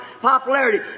popularity